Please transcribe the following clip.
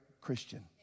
Christian